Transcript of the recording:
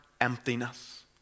emptiness